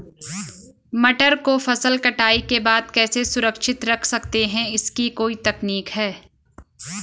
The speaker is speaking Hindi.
मटर को फसल कटाई के बाद कैसे सुरक्षित रख सकते हैं इसकी कोई तकनीक है?